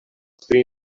tri